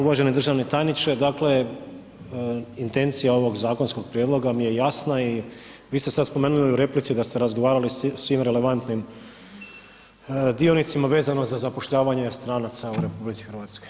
Uvaženi državni tajniče, dakle intencija ovog zakonskog prijedloga mi je jasna i vi ste sad spomenuli u replici da ste razgovarali sa svim relevantnim dionicima vezano za zapošljavanje stranaca u RH.